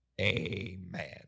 Amen